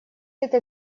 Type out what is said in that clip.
этой